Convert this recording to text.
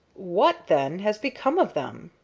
what, then, has become of them?